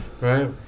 right